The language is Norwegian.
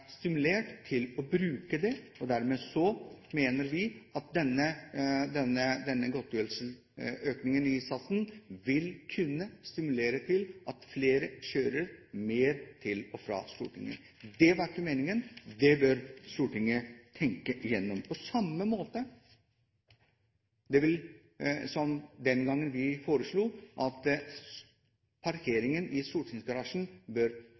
stimulert til å bruke den muligheten når man har den. Vi mener derfor at denne økningen i godtgjørelsessatsen vil kunne stimulere til at flere kjører mer til og fra Stortinget. Det var ikke meningen. Det bør Stortinget tenke igjennom – på samme måte som den gangen vi foreslo at parkeringen i stortingsgarasjen bør